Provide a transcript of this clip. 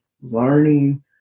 learning